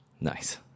Nice